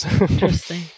Interesting